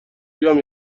بیام